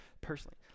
personally